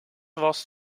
was